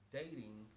dating